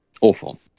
awful